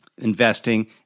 investing